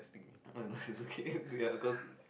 no no it's okay ya because